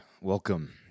welcome